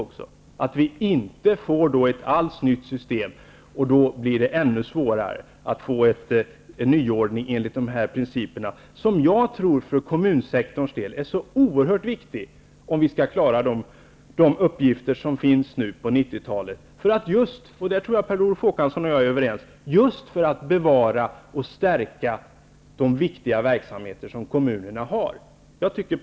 På det sättet får vi inte alls något nytt system, och då blir det ännu svårare att få en nyordning enligt dessa principer. Jag tror att detta för kommunsektorns del är oerhört viktigt om vi skall klara av uppgifterna under 90-talet och -- och om det tror jag att Per Olof Håkansson och jag är överens -- just kunna bevara och stärka de viktiga verksamheter som kommunerna bedriver.